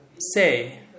say